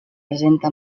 presenta